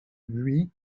buis